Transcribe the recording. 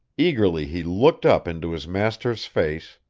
eagerly he looked up into his master's face,